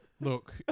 Look